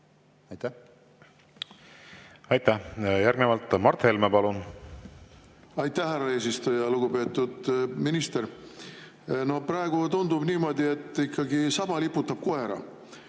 palun! Aitäh! Järgnevalt Mart Helme, palun! Aitäh, härra eesistuja! Lugupeetud minister! Praegu tundub niimoodi, et ikkagi saba liputab koera